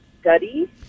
study